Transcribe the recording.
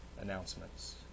announcements